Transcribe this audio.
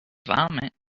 vomit